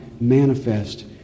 manifest